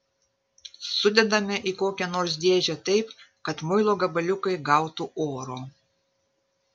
sudedame į kokią nors dėžę taip kad muilo gabaliukai gautų oro